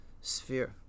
sphere